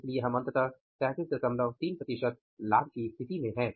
इसलिए हम अंततः 333 प्रतिशत लाभ की स्थिति में हैं